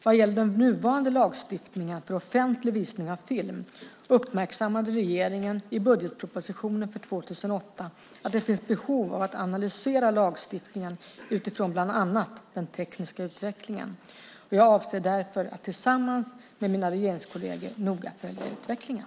Vad gäller den nuvarande lagstiftningen för offentlig visning av film uppmärksammade regeringen i budgetpropositionen för 2008 att det finns behov av att analysera lagstiftningen utifrån bland annat den tekniska utvecklingen. Jag avser därför att tillsammans med mina regeringskolleger noga följa utvecklingen.